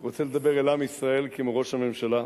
רוצה לדבר אל עם ישראל כמו ראש הממשלה,